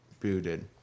booted